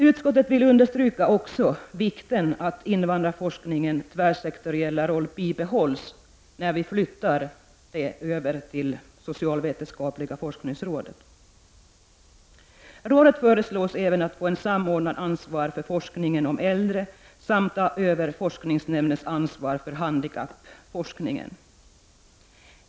Utskottet vill understryka vikten av att invandrarforskningens tvärsektoriella roll bibehålls när vi flyttar över denna forskning till det nya socialvetenskapliga forskningsrådet. Rådet föreslås även få ett samordnande ansvar för forskningen om äldre samt ta över forskningsnämndens ansvar för handikappforskningen.